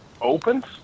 opens